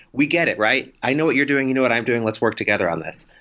we get it, right? i know what you're doing. you know what i'm doing. let's work together on this.